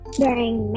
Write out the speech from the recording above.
wearing